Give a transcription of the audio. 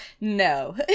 No